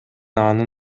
анын